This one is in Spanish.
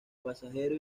pasajero